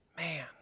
man